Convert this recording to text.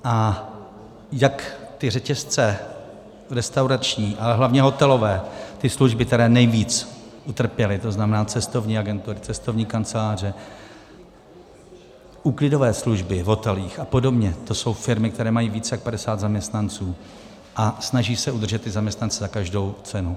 A jak ty řetězce restaurační, ale hlavně hotelové, ty služby, které nejvíc utrpěly, to znamená cestovní agentury, cestovní kanceláře, úklidové služby v hotelích a podobně, to jsou firmy, které mají víc jak 50 zaměstnanců a snaží se udržet ty zaměstnance za každou cenu.